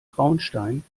traunstein